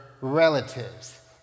relatives